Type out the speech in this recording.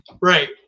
Right